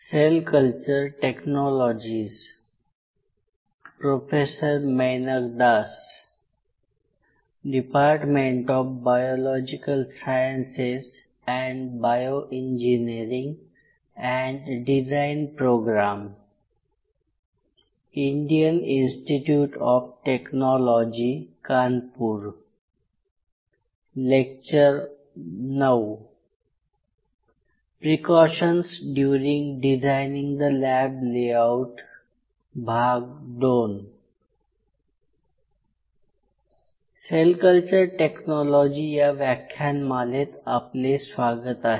sale culture technology या व्याख्यानमालेत आपले स्वागत आहे